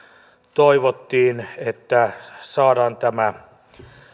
toivottiin että saadaan tämä